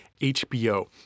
HBO